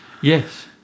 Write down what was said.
Yes